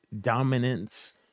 dominance